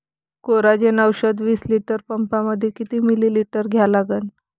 Coragen औषध विस litre पंपामंदी किती मिलीमिटर घ्या लागन?